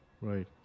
Right